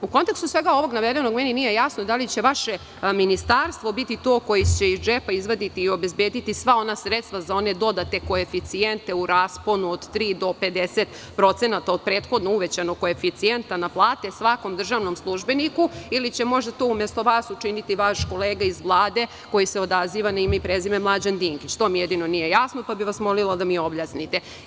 U kontekstu svega ovoga navedenog, meni nije jasno da li će vaše ministarstvo biti to koje će iz džepa izvaditi i obezbediti sva ona sredstva za one dodate koeficijente u rasponu od tri do 50% od prethodno uvećanog koeficijenta na plate svakom državnom službeniku ili će to možda umesto vas učiniti to vaš kolega iz Vlade, koji se odaziva na ime i prezime Mlađan Dinkić, to mi jedino nije jasno, pa bih vas molila da mi objasnite.